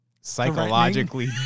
Psychologically